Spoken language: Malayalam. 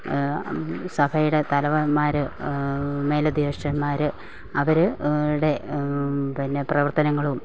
സഭയുടെ തലവന്മാർ മേലധ്യക്ഷന്മാർ അവർ ടെ പിന്നെ പ്രവർത്തനങ്ങളും